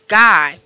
guy